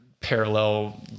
parallel